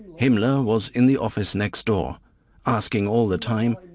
himmler was in the office next door asking all the time,